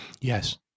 Yes